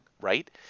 right